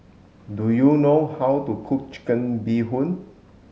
do you know how to cook chicken bee hoon